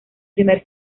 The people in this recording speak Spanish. primer